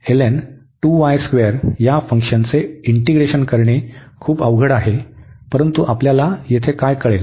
तर आता किंवा या फंक्शनचे इंटीग्रेशन करणे खूप अवघड आहे परंतु आपल्याला येथे काय कळेल